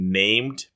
named